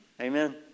Amen